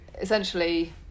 essentially